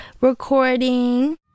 recording